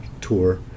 tour